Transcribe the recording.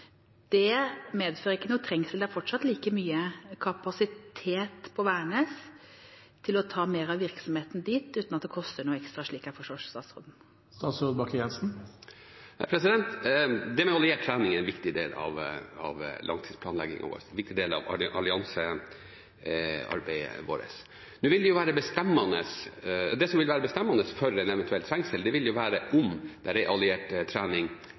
medfører ikke noen trengsel. Det er fortsatt like stor kapasitet på Værnes til å ta mer av virksomheten dit uten at det koster noe ekstra, slik jeg forstår statsråden. Alliert trening er en viktig del av langtidsplanleggingen vår og en viktig del av alliansearbeidet vårt. Det som vil være bestemmende for en eventuell trengsel, vil være om det er alliert trening